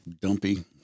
dumpy